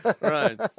Right